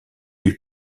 lui